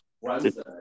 Wednesday